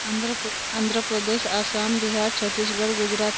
Andhra Pradesh Assam Bihar Chhattisgarh Gujarat